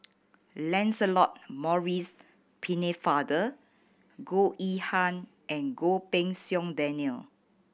Lancelot Maurice Pennefather Goh Yihan and Goh Pei Siong Daniel